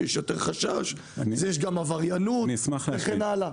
יש יותר חשש, יש גם עבריינות וכן הלאה.